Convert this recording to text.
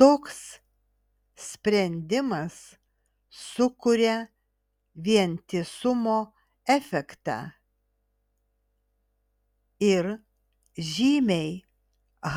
toks sprendimas sukuria vientisumo efektą ir žymiai